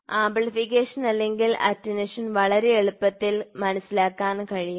amplification അല്ലെങ്കിൽ attenuation വളരെ എളുപ്പത്തിൽ മനസ്സിലാക്കാൻ കഴിയും